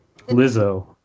Lizzo